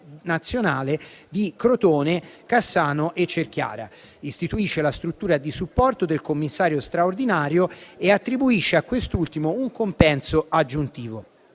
nazionale di Crotone-Cassano e Cerchiara, istituisce la struttura di supporto del commissario straordinario e attribuisce a quest'ultimo un compenso aggiuntivo.